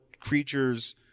creatures